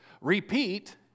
repeat